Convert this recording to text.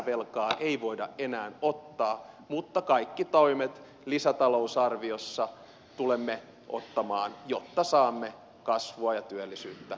lisävelkaa ei voida enää ottaa mutta kaikki toimet lisäta lousarviossa tulemme ottamaan jotta saamme kasvua ja työllisyyttä aikaan